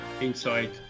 inside